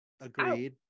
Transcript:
Agreed